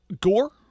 Gore